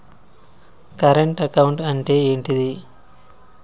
Current account అంటే ఏంటిది?